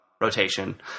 rotation